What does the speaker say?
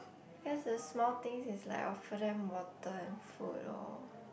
guess the small things is like offer them water and food lor